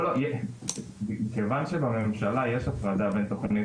לא, מכיוון שבממשלה יש הפרדה בין תוכנית